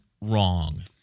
wrong